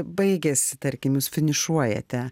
baigiasi tarkim jūs finišuojate